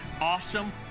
awesome